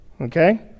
Okay